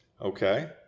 Okay